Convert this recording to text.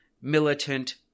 militant